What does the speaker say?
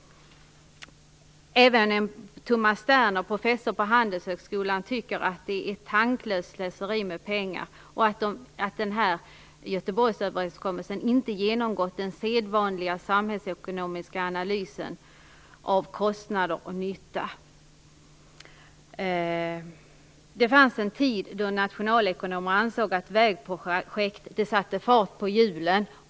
Även Tomas Sterner, professor på Handelshögskolan, tycker att detta ett tanklöst slöseri med pengar och att Göteborgsöverenskommelsen inte har genomgått den sedvanliga samhällsekonomiska analysen av kostnader och nytta. Det fanns en tid då nationalekonomer ansåg att vägprojekt satte fart på hjulen.